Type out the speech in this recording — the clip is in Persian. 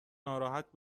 ناراحت